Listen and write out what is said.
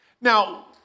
Now